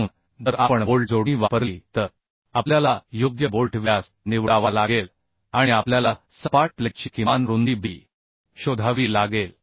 म्हणून जर आपण बोल्ट जोडणी वापरली तरआपल्याला योग्य बोल्ट व्यास निवडावा लागेल आणि आपल्याला सपाट प्लेटची किमान रुंदी b शोधावी लागेल